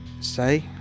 say